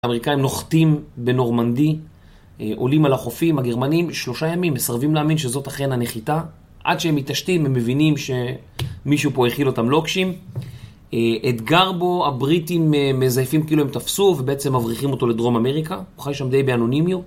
האמריקאים נוחתים בנורמנדי, עולים על החופים, הגרמנים, שלושה ימים, מסרבים להאמין שזאת אכן הנחיתה. עד שהם מתעשתים, הם מבינים שמישהו פה האכיל אותם לוקשים. את גרבו הבריטים מזייפים כאילו הם תפסו ובעצם מבריחים אותו לדרום אמריקה. הוא חי שם די באנונימיות.